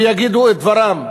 ויגידו את דברם,